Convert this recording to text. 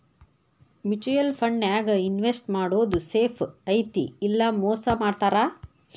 mutual ಫಂಡನ್ಯಾಗ invest ಮಾಡೋದ್ safe ಐತಿ ಇಲ್ಲಾ ಮೋಸ ಮಾಡ್ತಾರಾ